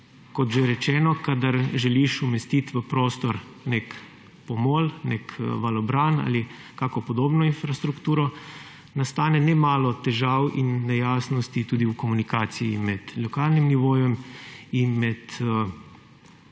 kot že rečeno, kadar želiš umestiti v prostor nek pomol, nek valobran ali kakšno podobno infrastrukturo, nastane nemalo težav in nejasnosti tudi v komunikaciji med lokalnim nivojem in med